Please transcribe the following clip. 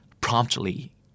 promptly